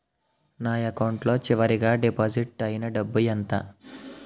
నా అకౌంట్ లో చివరిగా డిపాజిట్ ఐనా డబ్బు ఎంత?